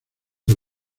del